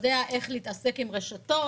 יודע איך להתעסק עם רשתות,